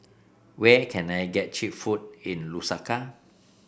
where can I get cheap food in Lusaka